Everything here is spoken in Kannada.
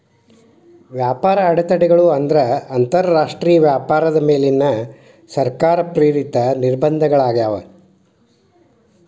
ವ್ಯಾಪಾರ ಅಡೆತಡೆಗಳು ಅಂದ್ರ ಅಂತರಾಷ್ಟ್ರೇಯ ವ್ಯಾಪಾರದ ಮೇಲಿನ ಸರ್ಕಾರ ಪ್ರೇರಿತ ನಿರ್ಬಂಧಗಳಾಗ್ಯಾವ